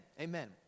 Amen